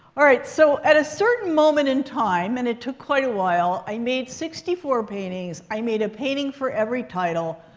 all right, so at a certain moment in time and it took quite a while i made sixty four paintings. i made a painting for every title.